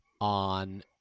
on